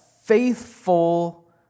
faithful